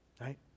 Right